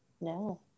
No